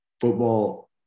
football